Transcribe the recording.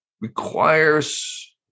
requires